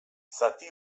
zati